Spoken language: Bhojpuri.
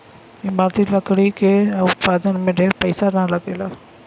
इमारती लकड़ी के उत्पादन में ढेर पईसा ना लगेला